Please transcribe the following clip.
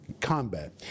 Combat